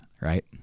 right